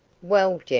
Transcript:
well,